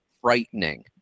frightening